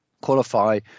qualify